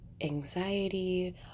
anxiety